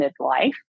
midlife